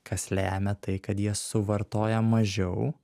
kas lemia tai kad jie suvartoja mažiau